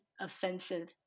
offensive